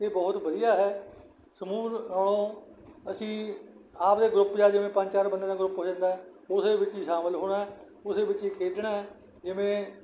ਇਹ ਬਹੁਤ ਵਧੀਆ ਹੈ ਸਮੂਹ ਅਸੀਂ ਆਪਣੇ ਗਰੁੱਪ ਆ ਜਿਵੇਂ ਪੰਜ ਚਾਰ ਬੰਦਿਆਂ ਦਾ ਗਰੁੱਪ ਹੋ ਜਾਂਦਾ ਉਸੇਵਿੱਚ ਹੀ ਸ਼ਾਮਿਲ ਹੋਣਾ ਉਸ ਵਿੱਚ ਹੀ ਖੇਡਣਾ ਜਿਵੇਂ